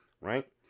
Right